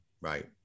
Right